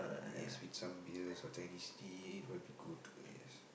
yes with some beers or Chinese tea will be good yes